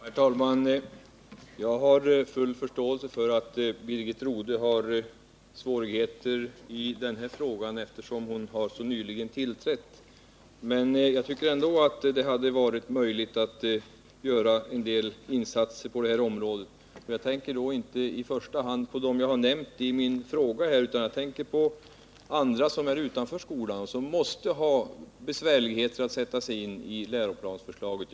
Herr talman! Jag har full förståelse för att Birgit Rodhe har svårigheter eftersom hon så nyligen tillträtt. Jag tycker ändå att det hade varit möjligt att göra en del insatser på detta område. Jag tänker då inte i första hand på dem jag har nämnt i min fråga, utan jag tänker på andra, som är utanför skolan och som måste ha svårt att sätta sig in i läroplansförslaget.